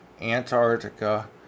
Antarctica